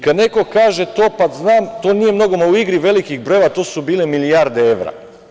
Kada neko kaže -znam, to nije mnogo, a u igri velikih brojeva, to su bile milijarde evra.